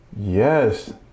yes